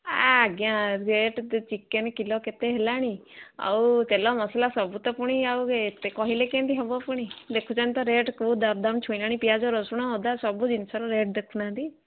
ଆଜ୍ଞା rate chicken kilo କେତେ ହେଲାଣି ଆଉ ତେଲ ମସଲା ସବୁ ତ ପୁଣି ଆଉ ଏତେ କହିଲେ କେମିତି ହବ ପୁଣି ଦେଖୁଛନ୍ତି ତ ରେଟ୍ କେଉଁ ଦର୍ଦାମ୍ ଛୁଇଁଲାଣି ପିଆଜ ରସୁଣ ଅଦା ସବୁ ଜିନିଷର ରେଟ୍ ଦେଖୁନାହାନ୍ତି